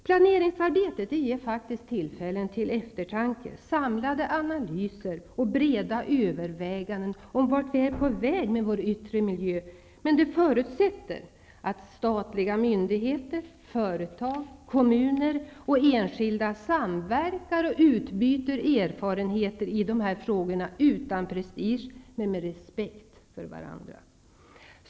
Planeringsarbetet ger tillfällen till eftertanke, samlade analyser och breda överväganden om vart vi är på väg med vår yttre miljö, men det förutsätter att statliga myndigheter, företag, kommuner och enskilda samverkar och utbyter erfarenheter i dessa frågor, utan prestige men med respekt för varandra.